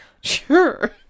sure